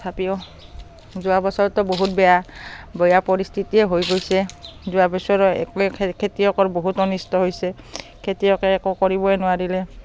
তথাপিও যোৱা বছৰতো বহুত বেয়া বেয়া পৰিস্থিতিয়ে হৈ গৈছে যোৱা বছৰৰ একোৱে খেতিয়কৰ বহুত অনিষ্ট হৈছে খেতিয়কে একো কৰিবই নোৱাৰিলে